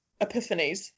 epiphanies